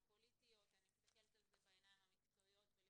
הפוליטיות אלא אני מסתכלת על זה בעיניים המקצועיות ולי